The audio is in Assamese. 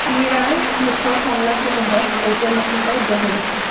নীৰাৰ মুখৰ সংলাপসমূহক ঔপন্যাসিকাই গঢ় দিছে